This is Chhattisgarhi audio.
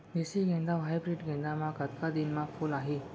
देसी गेंदा अऊ हाइब्रिड गेंदा म कतका दिन म फूल आही?